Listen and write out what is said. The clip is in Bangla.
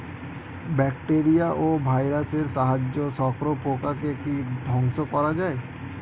ব্যাকটেরিয়া ও ভাইরাসের সাহায্যে শত্রু পোকাকে কি ধ্বংস করা যায়?